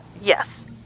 Yes